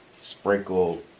sprinkle